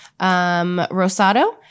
Rosado